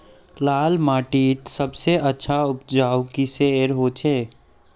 लाल माटित सबसे अच्छा उपजाऊ किसेर होचए?